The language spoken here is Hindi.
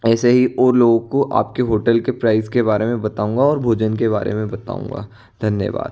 ऐसे ही और लोगों को आपके होटल के प्राइस के बारे में बताऊँगा और भोजन के बारे में बताऊँगा धन्यवाद